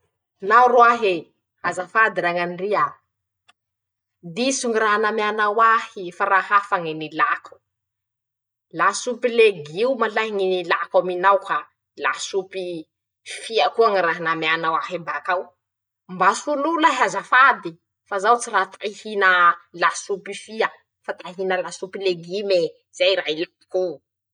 Nao roahe, azafady rañandria, diso ñy raha nameanao ahy fa raha hafa ñy nilako; lasopy legioma lahy ñy nilako aminao ka lasopy fia koa ñy raha nameanao ahy bakao. Mba soloo lahy azafady, fa zaho tsy raha ta ihinaa lasopy fia fa ta ihina lasopy legime, zay raha ilakoo.